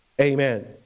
amen